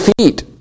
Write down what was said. feet